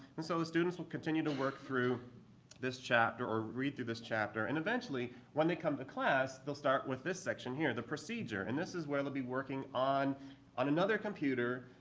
and so the students will continue to work through this chapter, or read through this chapter. and eventually, when they come to class, they'll start with this section here. the procedure. and this is where they'll be working on on another computer,